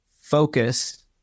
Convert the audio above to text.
focus